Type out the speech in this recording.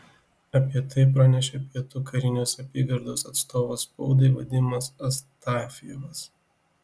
apie tai pranešė pietų karinės apygardos atstovas spaudai vadimas astafjevas